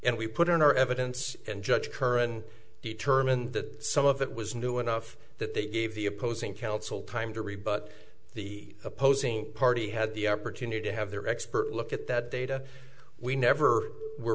and we put on our evidence and judge curran determined that some of it was new enough that they gave the opposing counsel time to rebut the opposing party had the opportunity to have their expert look at that data we never were